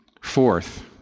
Fourth